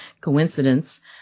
coincidence